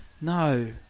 no